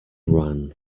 run